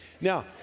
Now